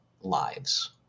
lives